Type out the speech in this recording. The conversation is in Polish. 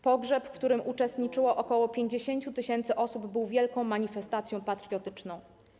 Pogrzeb, w którym uczestniczyło około 50 000 osób, był wielką manifestacją patriotyczną.